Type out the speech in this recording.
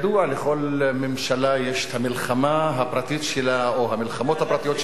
לכל ממשלה יש המלחמה הפרטית שלה או המלחמות הפרטיות שלה,